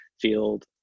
field